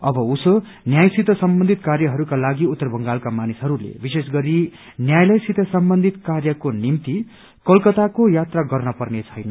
अब उसो न्यायसित सम्बन्धित कार्यहरूका लागि उत्तर बंगालका मानिसहरूले विशेष गरी न्यायालयसित सम्बन्धित कार्यको निम्ति कलकताको यात्रा गर्न पर्ने छैन